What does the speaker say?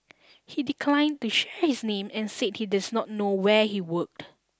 he declined to share his name and said he does not know where he worked